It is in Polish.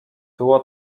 było